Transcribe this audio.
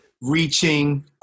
reaching